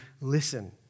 listen